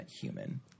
human